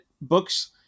books